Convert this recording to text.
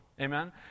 Amen